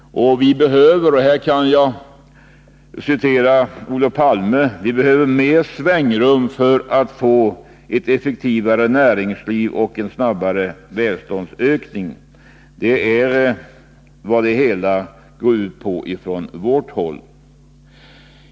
Vi behöver — här kan jag citera Olof Palme — mer svängrum för att få ett effektivare näringsliv och en snabbare välståndsökning. Det är vad det hela går ut på från vårt håll.